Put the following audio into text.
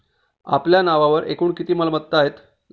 आपल्या नावावर एकूण किती मालमत्ता आहेत?